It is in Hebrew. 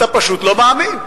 אתה פשוט לא מאמין.